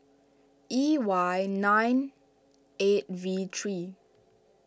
E Y nine eight V three